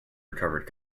recovered